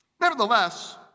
Nevertheless